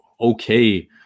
okay